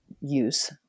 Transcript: use